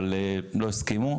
אבל לא הסכימו.